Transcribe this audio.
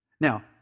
Now